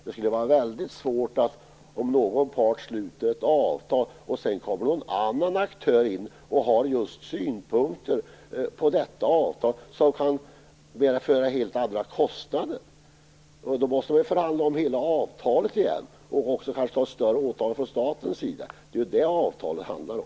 Det skulle vara väldigt svårt om någon part sluter ett avtal och sedan någon annan aktör kommer in och har synpunkter på det avtal som kan medföra helt andra kostnader. Då måste man förhandla om hela avtalet igen, och kanske också göra ett större åtagande från staten. Det är det avtalet handlar om.